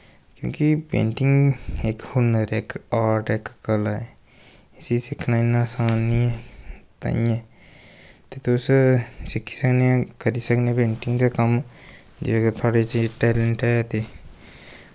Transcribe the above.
क्योंकि पेंटिंग इक हुनर इक आर्ट इक कला ऐ इसी सिक्खना इन्ना असान नेईं ऐ ताइयें ते तुस सिक्खी सकनें करी सकने पेंटिंग दा कम्म जे अगर थोआढ़े च टैलेंट ऐ ते